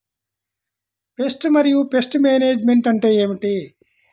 Pest మరియు pest management అంటే ఏమిటి?